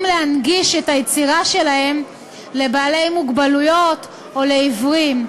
להנגיש את היצירה שלהם לאנשים עם מוגבלות או לעיוורים.